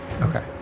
Okay